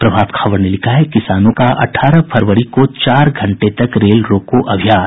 प्रभात खबर ने लिखा है किसान का अठारह फरवरी को चार घंटे तक रेल रोको अभियान